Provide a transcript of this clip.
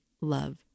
love